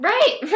Right